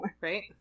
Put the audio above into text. Right